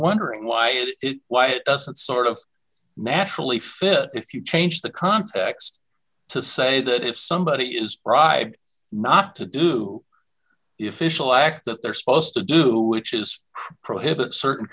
wondering why is it why it doesn't sort of naturally fit if you change the context to say that if somebody is tried not to do efficient act that they're supposed to do which is prohibit certain